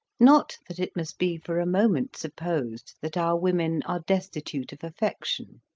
not that it must be for a moment supposed that our women are destitute of affection.